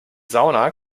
sauna